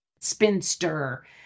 spinster